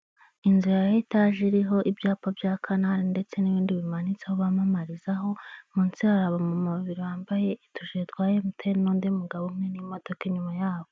Inzu ya etage iriho ibyapa bya kanali ndetse n'ibindi bimanitseho bamamarizaho munsi hari abamama babiri bambaye utujire twa emutiyeni n'undi mugabo umwe n'imodoka inyuma yabo.